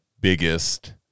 biggest